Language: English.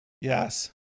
Yes